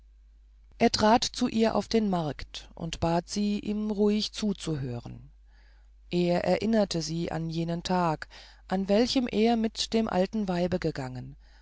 er trat zu ihr auf den markt und bat sie ihm ruhig zuzuhören er erinnerte sie an jenen tag an welchem er mit dem alten weibe gegangen